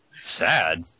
Sad